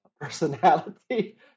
personality